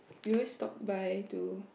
we always stop by to